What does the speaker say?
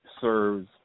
serves